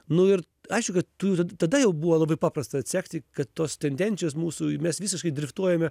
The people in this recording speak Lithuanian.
nu ir aišku kad tu tada jau buvo labai paprasta atsekti kad tos tendencijos mūsų mes visiškai driftuojame